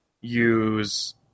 use